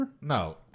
No